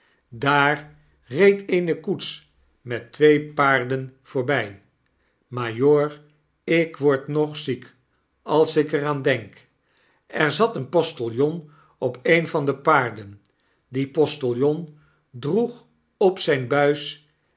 daar reed eene koets met twee paarden voorby majoor ik word nog ziek als ik er aan denk er zat een postiljon op een van de paarden en die postiljon droeg op zyn buis